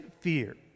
fear